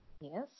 Yes